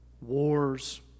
wars